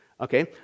Okay